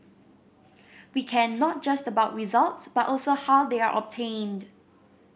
we care not just about results but also how they are obtained